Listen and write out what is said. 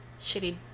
Shitty